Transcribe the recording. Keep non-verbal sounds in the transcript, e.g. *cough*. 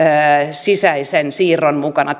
sisäisen siirron mukana *unintelligible*